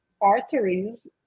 arteries